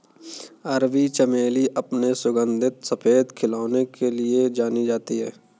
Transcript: अरबी चमेली अपने सुगंधित सफेद खिलने के लिए जानी जाती है